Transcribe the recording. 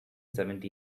seventy